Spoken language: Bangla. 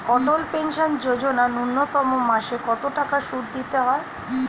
অটল পেনশন যোজনা ন্যূনতম মাসে কত টাকা সুধ দিতে হয়?